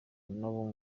nabo